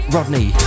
Rodney